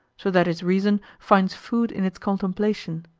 so that his reason finds food in its contemplation.